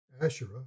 Asherah